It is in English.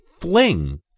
fling